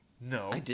No